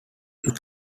used